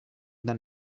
than